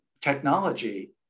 technology